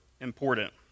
important